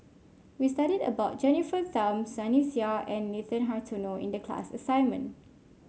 we studied about Jennifer Tham Sunny Sia and Nathan Hartono in the class assignment